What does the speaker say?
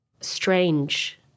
strange